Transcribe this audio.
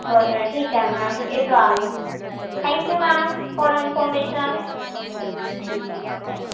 बरं ठीक आहे मॅम येतो आम्ही थॅंक्यू मॅम फॉर इन्फर्मेशन ठीक आहे थॅंक्यू